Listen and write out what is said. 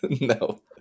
no